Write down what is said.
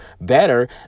better